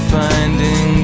finding